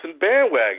bandwagon